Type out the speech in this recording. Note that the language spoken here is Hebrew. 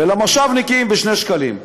ולמושבניקים, ב-2 שקלים.